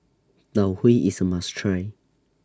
Tau Huay IS A must Try